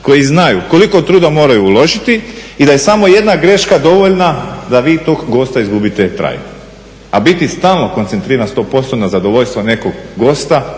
koji znaju koliko truda moraju uložiti i da je samo jedna greška dovoljna da vi tog gosta izgubite trajno. A biti stalno koncentriran 100% na zadovoljstvo nekog gosta